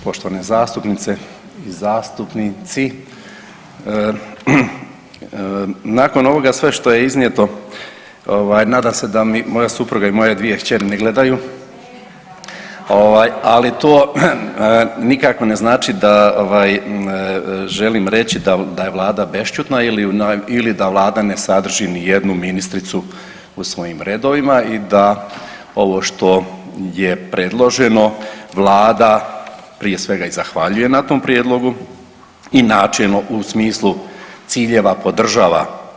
Poštovane zastupnice i zastupnici, nakon ovoga sve što je iznijeto ovaj nadam se da mi moja supruga i moje dvije kćeri ne gledaju, ovaj ali to nikako ne znači ovaj da želim reći da je Vlada bešćutna ili da Vlada ne sadrži nijednu ministricu u svojim redovima i da ovo što je predloženo Vlada prije svega i zahvaljuje na tom prijedlogu i načelno u smislu ciljeva podržava.